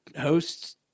hosts